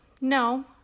No